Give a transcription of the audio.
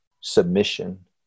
submission